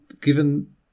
Given